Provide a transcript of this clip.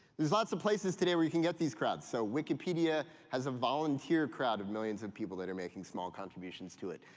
there's lots of places today where you can get these crowds. so wikipedia has a volunteer crowd of millions of people that are making small contributions to it.